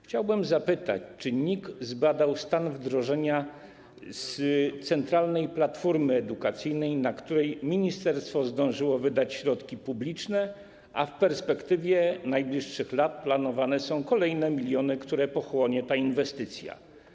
Chciałbym zapytać, czy NIK zbadał stan wdrożenia centralnej platformy edukacyjnej, na którą ministerstwo zdążyło wydać środki publiczne, a w perspektywie najbliższych lat planowane są kolejne miliony, które pochłonie ta inwestycja.